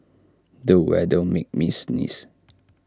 the weather made me sneeze